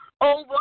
over